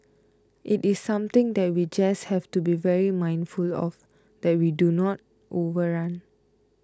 it is something that we just have to be very mindful of that we do not overrun